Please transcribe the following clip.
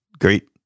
great